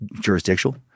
jurisdictional